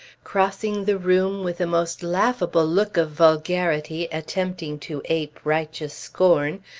crossing the room with a most laughable look of vulgarity attempting to ape righteous scorn,